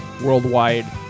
worldwide